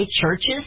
churches